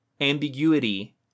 ambiguity